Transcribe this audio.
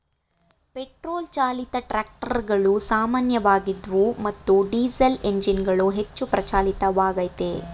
petrol ಚಾಲಿತ ಟ್ರಾಕ್ಟರುಗಳು ಸಾಮಾನ್ಯವಾಗಿದ್ವು ಮತ್ತು ಡೀಸೆಲ್ಎಂಜಿನ್ಗಳು ಹೆಚ್ಚು ಪ್ರಚಲಿತವಾಗಯ್ತೆ